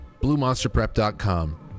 BlueMonsterPrep.com